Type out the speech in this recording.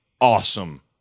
awesome